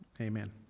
Amen